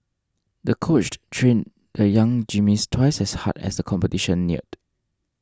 the coach trained the young gymnast twice as hard as the competition neared